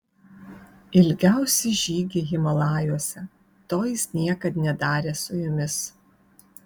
ilgiausi žygiai himalajuose to jis niekad nedarė su jumis